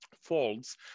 folds